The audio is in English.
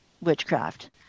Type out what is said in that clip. witchcraft